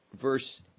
verse